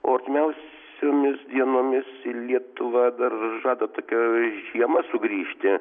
o artimiausiomis dienomis į lietuvą dar žada tokia žiema sugrįžti